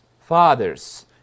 fathers